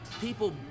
people